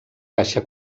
caixa